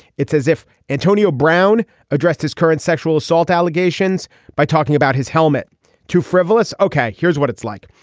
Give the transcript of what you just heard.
it says if antonio brown addressed his current sexual assault allegations by talking about his helmet too frivolous. ok. here's what it's like.